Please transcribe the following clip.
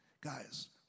guys